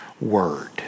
word